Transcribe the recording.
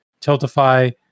Tiltify